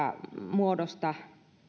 muodosta